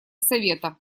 совета